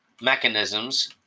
mechanisms